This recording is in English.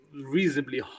reasonably